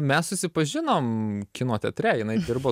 mes susipažinom kino teatre jinai dirbo